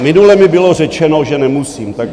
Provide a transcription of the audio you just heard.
Minule mi bylo řečeno, že nemusím, tak...